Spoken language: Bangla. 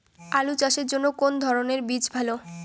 আলু চাষের জন্য কোন ধরণের বীজ ভালো?